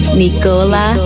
nicola